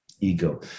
ego